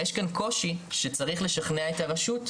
יש כאן קושי שצריך לשכנע את הרשות,